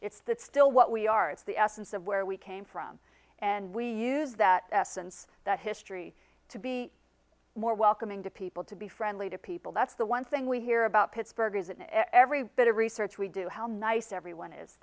it's that still what we are it's the essence of where we came from and we use that essence that history to be more welcoming to people to be friendly to people that's the one thing we hear about pittsburgh is it every bit of research we do how nice everyone is